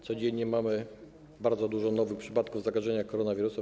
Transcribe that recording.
Codziennie mamy bardzo dużo nowych przypadków zakażenia koronawirusem.